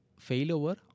failover